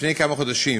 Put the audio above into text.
לפני כמה חודשים